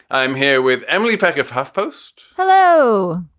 i'm here with emily peck of huff post. hello.